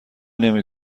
نمی